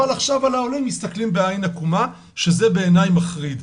אבל עכשיו על העולים מסתכלים בעין עקומה שזה בעיניי מחריד.